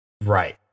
Right